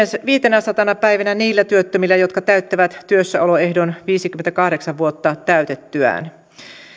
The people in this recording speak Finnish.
viitenäsatana päivänä niillä työttömillä jotka täyttävät työssäoloehdon viisikymmentäkahdeksan vuotta täytettyään